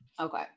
Okay